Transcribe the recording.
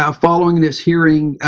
ah following this hearing,